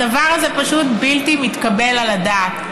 הדבר הזה פשוט בלתי מתקבל על הדעת.